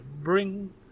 bring